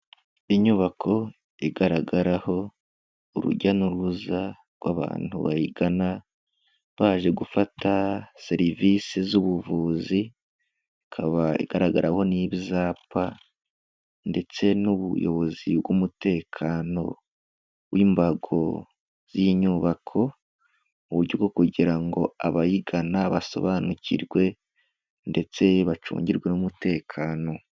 Inyubako igaragaraho urujya n'uruza rw'abantu bayigana, baje gufata serivise z'ubuvuzi, ikaba igaragaraho n'ibyapa ndetse n'ubuyobozi bw'umutekano w'imbago z'inyubako, mu buryo bwo kugira ngo abayigana basobanukirwe ndetse bacungirwe n'umutekano.